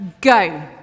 go